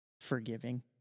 forgiving